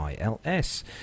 ILS